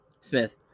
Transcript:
Smith